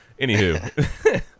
Anywho